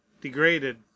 degraded